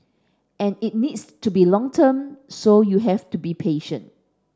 and it needs to be long term so you have to be patient